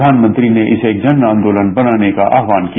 प्रधानमंत्री ने इसे एक जन आँदोलन बनाने का आह्वान किया